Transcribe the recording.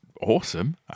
awesome